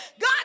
God